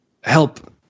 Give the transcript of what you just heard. help